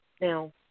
now